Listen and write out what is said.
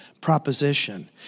proposition